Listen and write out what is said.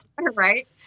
Right